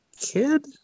kid